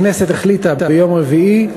הכנסת החליטה ביום רביעי,